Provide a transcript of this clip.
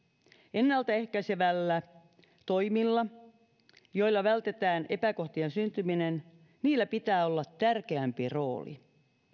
ennaltaehkäisevillä toimilla joilla vältetään epäkohtien syntyminen pitää olla tärkeämpi rooli